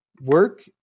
work